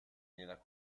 nella